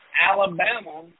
Alabama